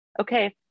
okay